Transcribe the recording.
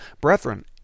Brethren